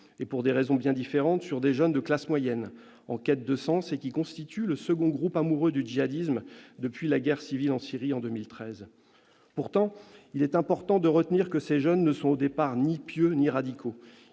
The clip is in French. pour des raisons différentes, sur des jeunes de la classe moyenne en quête de sens qui constituent le second groupe « amoureux » du djihadisme depuis la guerre civile en Syrie en 2013. Pourtant, il est important de retenir que ces jeunes ne sont au départ ni pieux ni radicaux.